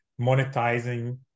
monetizing